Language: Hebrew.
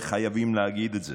וחייבים להגיד את זה,